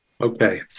Okay